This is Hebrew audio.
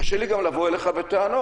קשה לי גם לבוא אליך בטענות.